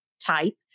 type